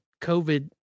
COVID